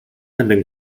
ending